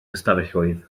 ystafelloedd